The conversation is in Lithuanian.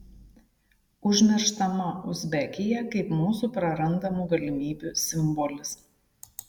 užmirštama uzbekija kaip mūsų prarandamų galimybių simbolis